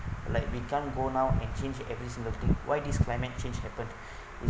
like we can't go now and change every single thing why this climate change happen is